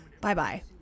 bye-bye